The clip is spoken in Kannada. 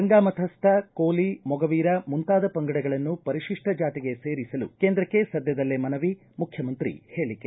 ಗಂಗಾಮತಸ್ಥ ಕೋಲಿ ಮೊಗವೀರ ಮುಂತಾದ ಪಂಗಡಗಳನ್ನು ಪರಿಶಿಷ್ಟ ಜಾತಿಗೆ ಸೇರಿಸಲು ಕೇಂದ್ರಕ್ಕೆ ಸದ್ದದಲ್ಲೇ ಮನವಿ ಮುಖ್ಯಮಂತ್ರಿ ಹೇಳಿಕೆ